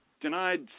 denied